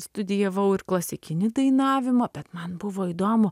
studijavau ir klasikinį dainavimą bet man buvo įdomu